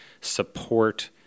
support